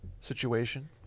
situation